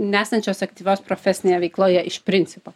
nesančios aktyvios profesinėje veikloje iš principo